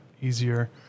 easier